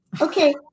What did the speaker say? Okay